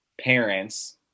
parents